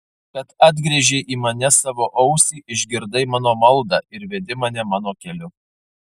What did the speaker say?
kad atgręžei į mane savo ausį išgirdai mano maldą ir vedi mane mano keliu